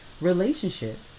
relationship